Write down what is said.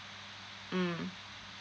mm